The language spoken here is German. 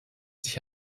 sich